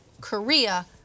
Korea